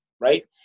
right